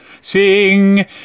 Sing